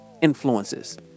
influences